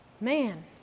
Man